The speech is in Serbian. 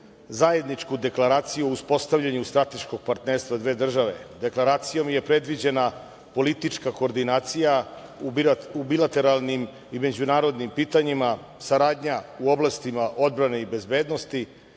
zajedničku Deklaraciju o uspostavljanju strateškog partnerstva dve države. Deklaracijom je predviđena politička koordinacija u bilateralnim i međunarodnim pitanjima, saradnja u oblastima odbrane i bezbednosti,